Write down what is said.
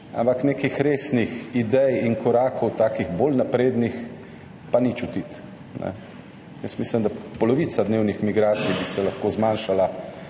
ampak nekih resnih idej in korakov, takih bolj naprednih, pa ni čutiti. Mislim, da bi se polovica dnevnih migracij lahko zmanjšala,